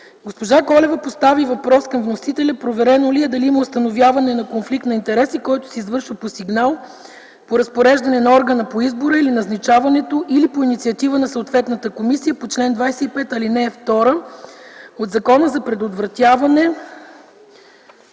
Госпожа Колева постави въпрос към вносителя - проверено ли е дали има установяване на конфликт на интереси, който се извършва по сигнал, по разпореждане на органа по избора или назначаването, или по инициатива на съответната комисия по чл. 25, ал. 2 от Закона за предотвратяване